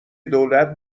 دولت